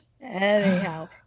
Anyhow